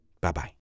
Bye-bye